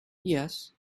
yes